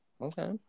Okay